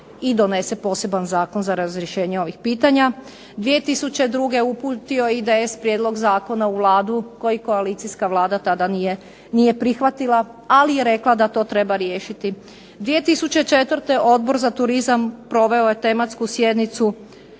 i donese poseban zakon za razrješenje ovih pitanja. 2002. uputio je IDS prijedlog zakona u Vladu koji koalicijska vlada tada nije prihvatila, ali je rekla da to treba riješiti. 2004. Odbor za turizam proveo je tematsku sjednicu,